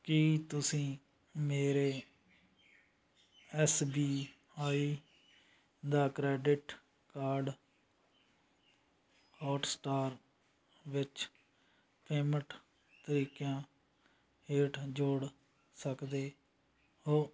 ਕੀ ਤੁਸੀਂਂ ਮੇਰੇ S B I ਦਾ ਕਰੇਡਿਟ ਕਾਰਡ ਹੌਟਸਟਾਰ ਵਿੱਚ ਪੇਮੈਂਟ ਤਰੀਕਿਆਂ ਹੇਠ ਜੋੜ ਸਕਦੇ ਹੋ